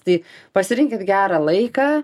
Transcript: tai pasirinkit gerą laiką